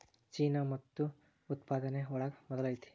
ಚೇನಾ ಮುತ್ತು ಉತ್ಪಾದನೆ ಒಳಗ ಮೊದಲ ಐತಿ